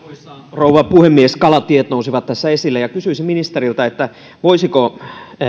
rouva puhemies kalatiet nousivat tässä esille kysyisin ministeriltä voisiko